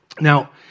Now